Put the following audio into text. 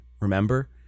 Remember